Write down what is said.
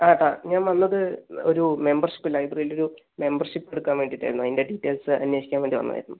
ആ ചേട്ടാ ഞാൻ വന്നത് ഒരു മെമ്പർഷിപ്പ് ലൈബ്രറിയിൽ ഒരു മെമ്പർഷിപ്പ് എടുക്കാൻ വേണ്ടിയിട്ടായിരുന്നു അതിൻ്റെ ഡീറ്റെയിൽസ് അന്വേഷിക്കാൻ വേണ്ടി വന്നതായിരുന്നു